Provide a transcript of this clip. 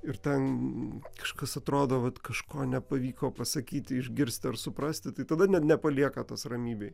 ir ten kažkas atrodo vat kažko nepavyko pasakyti išgirsti ar suprasti tai tada ne nepalieka tas ramybėje